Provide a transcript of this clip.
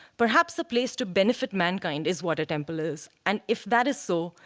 perhaps a place to benefit mankind is what a temple is. and if that is so,